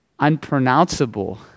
unpronounceable